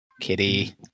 Kitty